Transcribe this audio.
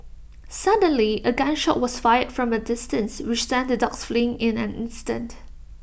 suddenly A gun shot was fired from A distance which sent the dogs fleeing in an instant